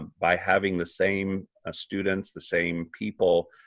by having the same ah students, the same people,